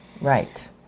Right